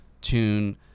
tune